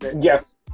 yes